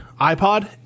iPod